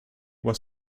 was